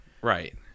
Right